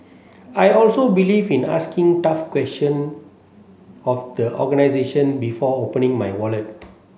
I also believe in asking tough question of the organisation before opening my wallet